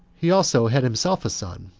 he also had himself a son,